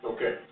Okay